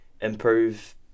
improve